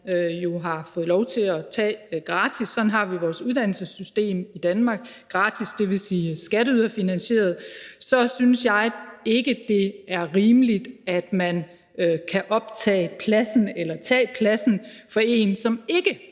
har fået lov til at tage gratis – sådan har vi vores uddannelsessystem i Danmark, og gratis vil sige skatteyderfinansieret – kan optage pladsen eller tage pladsen for en, som ikke